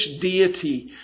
deity